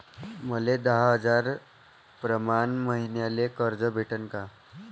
मले दहा हजार प्रमाण मईन्याले कर्ज भेटन का?